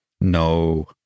no